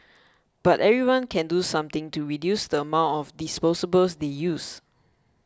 but everyone can do something to reduce the amount of disposables they use